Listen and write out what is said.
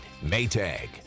Maytag